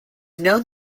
known